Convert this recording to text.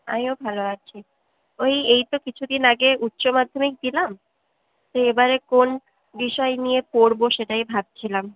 আমিও ভালো আছি ওই এই তো কিছুদিন আগে উচ্চমাধ্যমিক দিলাম তো এবারে কোন বিষয় নিয়ে পড়বো সেটাই ভাবছিলাম